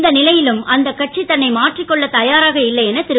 இந்த நிலையிலும் அந்த கட்சி தன்னை மாற்றிக் கொள்ள தயாராக இல்லை என திரு